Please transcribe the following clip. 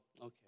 okay